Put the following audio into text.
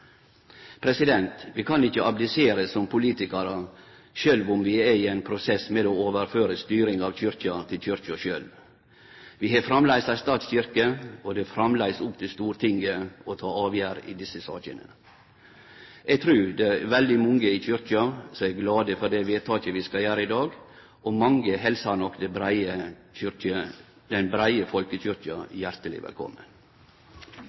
Vi kan ikkje abdisere som politikarar, sjølv om vi er i ein prosess med å overføre styringa av Kyrkja til Kyrkja sjølv. Vi har framleis ei statskyrkje, og det er framleis opp til Stortinget å ta avgjerd i desse sakene. Eg trur det er veldig mange i Kyrkja som er glade for det vedtaket vi skal gjere i dag, og mange helser nok den breie